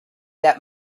that